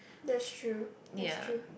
that's true that's true